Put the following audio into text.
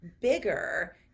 bigger